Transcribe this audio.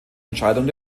entscheidung